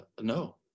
no